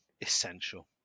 essential